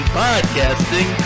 podcasting